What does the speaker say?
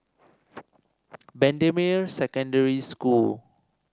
Bendemeer Secondary School